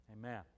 Amen